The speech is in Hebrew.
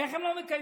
איך הם לא מקיימים?